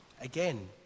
again